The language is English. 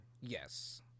Yes